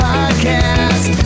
Podcast